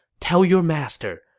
tell your master,